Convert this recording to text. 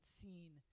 seen